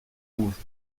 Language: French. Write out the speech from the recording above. anges